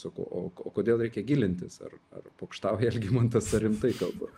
sako o o kodėl reikia gilintis ar ar pokštauja algimantas ar rimtai kalba